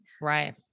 Right